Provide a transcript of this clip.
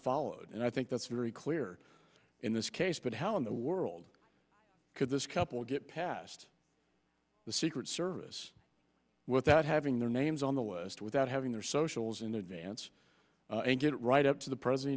followed and i think that's very clear in this case but how in the world could this couple get past the secret service without having their names on the list without having their socials in advance get right up to the